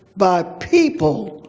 by people,